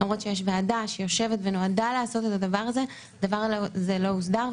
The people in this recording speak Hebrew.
למרות שיש ועדה שיושבת ונועדה לעשות את הדבר הזה הדבר הזה לא הוסדר,